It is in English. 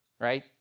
right